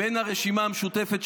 בין הרשימה המשותפת,